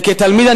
וכתלמיד,